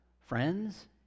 friends